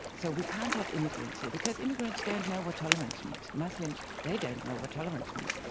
so we can't have immigrants here because immigrants don't know what tolerance means. muslims, they don't know what tolerance means.